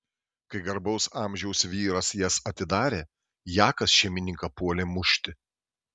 kai garbaus amžiaus vyras jas atidarė jakas šeimininką puolė mušti